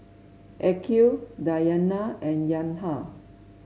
Aqil Diyana and Yahya